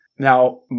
Now